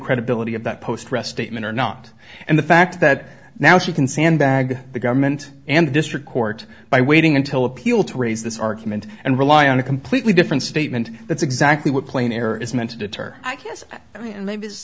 credibility of that post rest eight min or not and the fact that now she can sandbag the government and district court by waiting until appeal to raise this argument and rely on a completely different statement and that's exactly what plain error is meant to deter i guess i mean and maybe